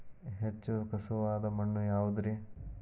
ಹೆಚ್ಚು ಖಸುವಾದ ಮಣ್ಣು ಯಾವುದು ರಿ?